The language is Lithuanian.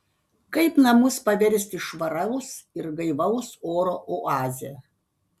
kaip namus paversti švaraus ir gaivaus oro oaze